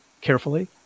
carefully